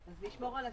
אז נשמור על הסדר.